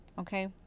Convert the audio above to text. Okay